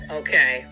okay